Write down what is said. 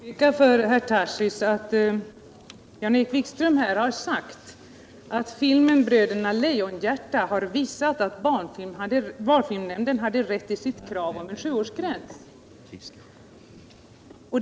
Herr talman! Jag vill påpeka för herr Tarschys att Jan-Erik Wikström här i kammaren har sagt att filmen Bröderna Lejonhjärta har visat att barnfilmnämnden hade rätt i sitt krav på en sjuårsgräns och därmed medgivit att detta styrt hans ställningstagande.